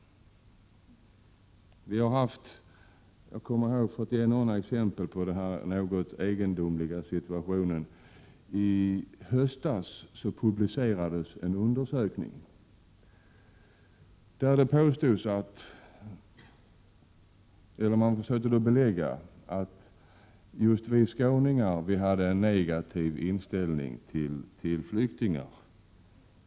För att ge exempel på den något egendomliga situation som råder kan jag redogöra för en undersökning som publicerades i höstas. Mot bakgrund av denna undersökning försökte man belägga att just vi skåningar hade en negativ inställning till flyktingar.